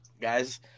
guys